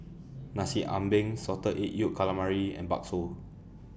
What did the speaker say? Nasi Ambeng Salted Egg Yolk Calamari and Bakso